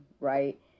right